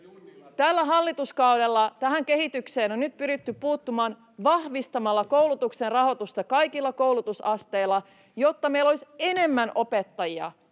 Tällä hallituskaudella tähän kehitykseen on nyt pyritty puuttumaan vahvistamalla koulutuksen rahoitusta kaikilla koulutusasteilla, jotta meillä olisi enemmän opettajia,